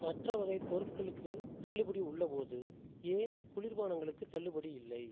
மற்ற வகைப் பொருட்களுக்குத் தள்ளுபடி உள்ளபோது ஏன் குளிர்பானங்களுக்குத் தள்ளுபடி இல்லை